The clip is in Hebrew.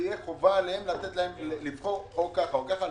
שתהיה עליהם חובה לבחור כך או כך,